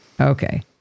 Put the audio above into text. Okay